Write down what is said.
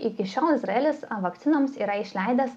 iki šiol izraelis vakcinoms yra išleidęs